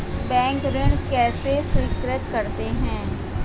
Bank ऋण कैसे स्वीकृत करते हैं?